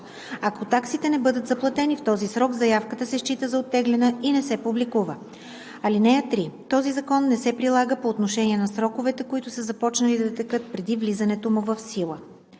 Ако таксите не бъдат заплатени в този срок, заявката се счита за оттеглена и не се публикува. (3) Този закон не се прилага по отношение на сроковете, които са започнали да текат преди влизането му в сила.“